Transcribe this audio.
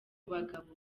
bagabo